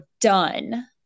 done